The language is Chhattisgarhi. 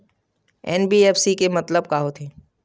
एन.बी.एफ.सी के मतलब का होथे?